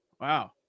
Wow